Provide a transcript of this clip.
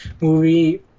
movie